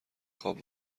خواب